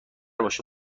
باشه